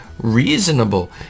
reasonable